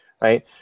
right